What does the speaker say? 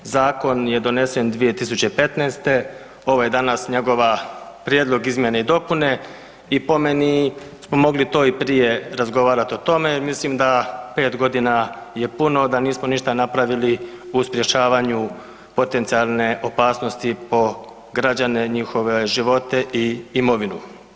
Zakon je donesen 2015., ovo je danas njegova prijedlog izmjene i dopune i po meni smo mogli to i prije razgovarati o tome jer mislim da pet godina je puno da nismo ništa napravili u sprečavanju potencijalne opasnosti po građane, njihove živote i imovinu.